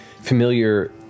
familiar